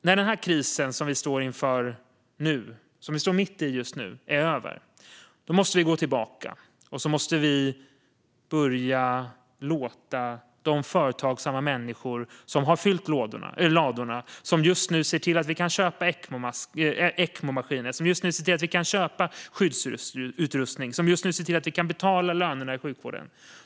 När den kris som vi nu står mitt i är över måste vi gå tillbaka och börja se till de företagsamma människor som har fyllt ladorna. Det är de som just nu ser till att vi kan köpa ECMO-maskiner och skyddsutrustning och att vi kan betala lönerna i sjukvården.